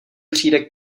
přijde